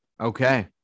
Okay